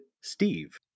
steve